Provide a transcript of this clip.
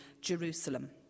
Jerusalem